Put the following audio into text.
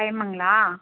டைமுங்களா